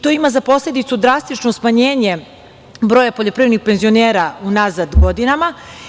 To ima za posledicu drastično smanjenje broja poljoprivrednih penzionera unazad godinama.